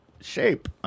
shape